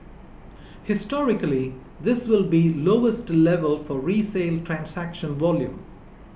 historically this will be lowest level for resale transaction volume